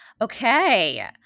Okay